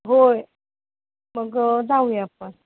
होय मग जाऊया आपण